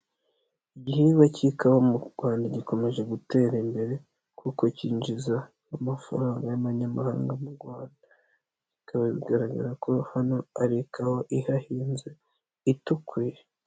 Igihingwa cy'ikawa mu Rwanda gikomeje gutera imbere kuko cyinjiza amafaranga y'amanyamahanga mu Rwanda, bikaba bigaragara ko hano ari ikawa ihahinze itukuye.